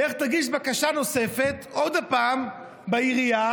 לך תגיש בקשה נוספת עוד פעם בעירייה.